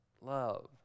love